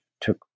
took